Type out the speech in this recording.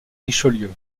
richelieu